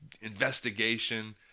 investigation